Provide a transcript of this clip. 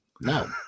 No